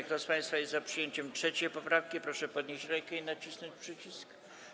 Kto z państwa jest za przyjęciem 3. poprawki, proszę podnieść rękę i nacisnąć przycisk.